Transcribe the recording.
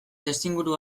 testuinguru